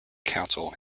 council